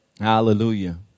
Hallelujah